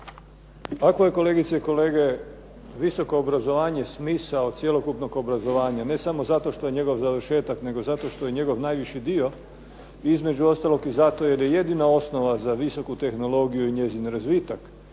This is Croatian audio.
Ako je, kolegice i kolege, visoko obrazovanje smisao cjelokupnog obrazovanja, ne samo zato što je njegov završetak nego zato što je njegov najviši dio, između ostalog zato jer je jedina osnova za visoku tehnologiju i njezin razvitak